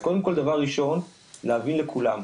אז קודם כל, דבר ראשון, להאמין כולם,